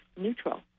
neutral